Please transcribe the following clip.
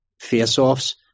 face-offs